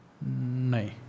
No